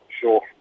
sure